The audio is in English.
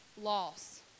loss